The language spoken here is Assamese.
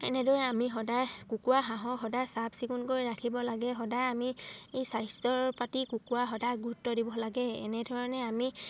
এনেদৰে আমি সদায় কুকুৰা হাঁহৰ সদায় চাফ চিকুণ কৰি ৰাখিব লাগে সদায় আমি এই স্বাস্থ্যৰ পাতি কুকুৰা সদায় গুৰুত্ব দিব লাগে এনেধৰণে আমি